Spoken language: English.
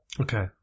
Okay